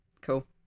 cool